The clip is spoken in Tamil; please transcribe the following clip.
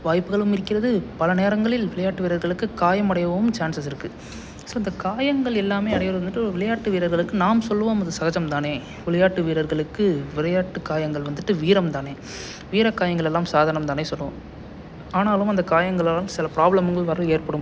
வாய்ப்புகளும் இருக்கிறது பலநேரங்களில் விளையாட்டு வீரர்களுக்கு காயம் அடையவும் சான்சஸ் இருக்குது ஸோ அந்த காயங்கள் எல்லாமே அடையருது வந்துட்டு ஒரு விளையாட்டு வீரர்களுக்கு நாம் சொல்லுவோம் அது சகஜம்தானே விளையாட்டு வீரர்களுக்கு விளையாட்டு காயங்கள் வந்துட்டு வீரம் தானே வீரக்காயங்கள் எல்லாம் சாதாரணம் தானே சொல்லுவோம் ஆனாலும் அந்த காயங்களாலும் சில ப்ராப்ளம்ங்கள் வரது ஏற்படும்